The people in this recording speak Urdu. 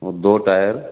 اور دو ٹائر